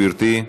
גברתי.